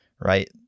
right